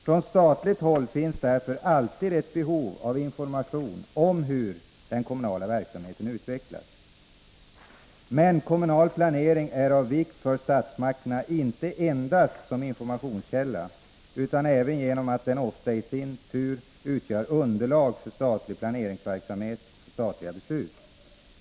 Från statligt håll finns därför alltid ett behov av information om hur den kommunala verksamheten utvecklas. Men kommunal planering är av vikt för statsmakterna inte endast som informationskälla utan även genom att den ofta i sin tur utgör underlag för statlig planeringsverksamhet och för statliga beslut.